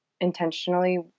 intentionally